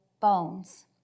bones